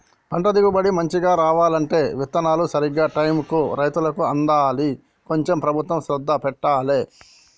పంట దిగుబడి మంచిగా రావాలంటే విత్తనాలు సరైన టైముకు రైతులకు అందాలి కొంచెం ప్రభుత్వం శ్రద్ధ పెట్టాలె